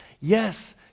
Yes